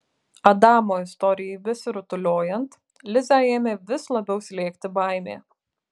adamo istorijai besirutuliojant lizę ėmė vis labiau slėgti baimė